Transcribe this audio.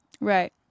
right